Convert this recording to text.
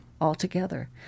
altogether